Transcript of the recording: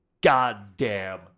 goddamn